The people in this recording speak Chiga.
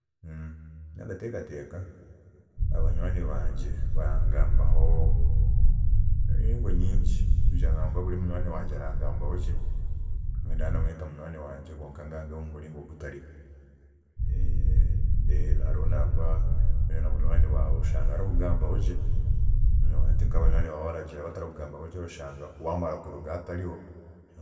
Nyowe ndateekateeka ngu banywaani bangye barangambaho mumiringo mingi, tikugira ngu buri munywaani wangye arangambaho gye, nyowe ndaba ndamweta munywaani wangye kwonka angambeho omumuringo gutarigwe. Then Hariho nangwa omunywaani waawe araba arakugambaho gye, hati nkabanywaani baawe abatarakugambaho gye wamara kurugaho baraba